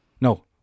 no